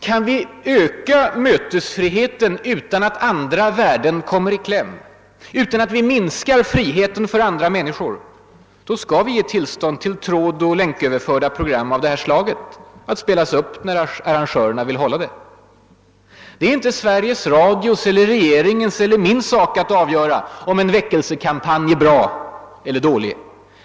Kan vi öka mötesfriheten utan att andra värden kommer i kläm, utan att vi minskar friheten för andra människor, då skall vi ge tillstånd till trådoch länköverförda program av det här slaget att spelas upp där arrangörerna vill göra det. Det är inte Sveriges Radios eller regeringens eller min sak att avgöra om en väckelsekampanj är bra eller dålig.